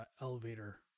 elevator